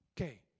Okay